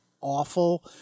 awful